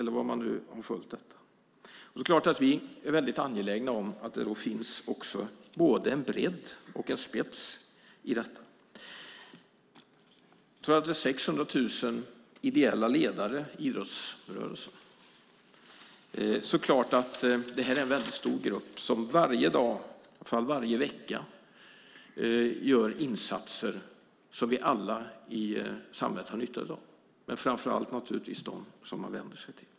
Det är klart att vi är angelägna om att det finns både en bredd och en spets i detta. Jag tror att det finns 600 000 ideella ledare i idrottsrörelsen. Det är en väldigt stor grupp människor som varje vecka gör insatser som vi alla i samhället har nytta av, och då framför allt dem som idrottsaktiviteterna vänder sig till.